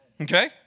okay